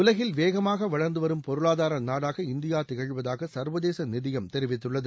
உலகில் வேகமாக வளர்ந்து வரும் பொருளாதார நாடாக இந்தியா திகழ்வதாக சர்வதேச நிதியம் தெரிவித்துள்ளது